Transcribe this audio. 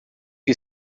que